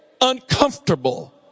uncomfortable